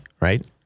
right